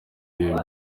ibihe